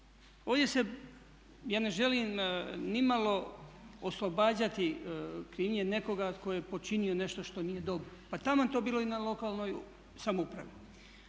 Ovdje se, ja ne želim nimalo oslobađati krivnje nekoga tko je počinio nešto što nije dobro pa taman to bilo i na lokalnoj samoupravi.